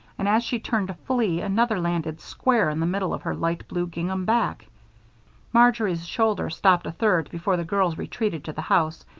and as she turned to flee, another landed square in the middle of her light-blue gingham back marjory's shoulder stopped a third before the girls retreated to the house,